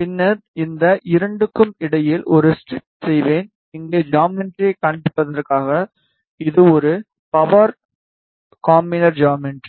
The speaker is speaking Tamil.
பின்னர் இந்த 2 க்கு இடையில் ஒரு ஸ்ட்ரிப் செய்வேன் இங்கே ஜாமெட்ரியைக் காண்பிப்பதற்காக இது ஒரு பவர் கம்பைனரின் ஜாமெட்ரி